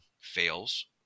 fails